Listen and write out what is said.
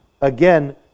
again